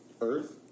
Earth